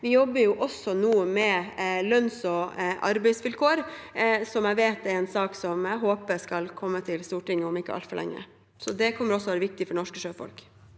vi jobber nå med lønns- og arbeidsvilkår, en sak som jeg håper skal komme til Stortinget om ikke altfor lenge. Det kommer også til å være viktig for norske sjøfolk.